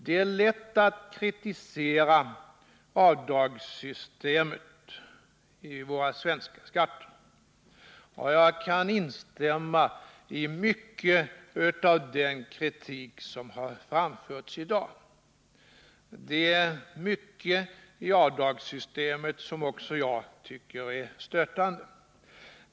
Det är lätt att kritisera avdragsreglerna i vårt skattesystem, och jag kan instämma i mycket av den kritik som har framförts i dag. Det är mycket i avdragssystemet som också jag tycker är stötande.